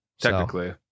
technically